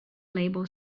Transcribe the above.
label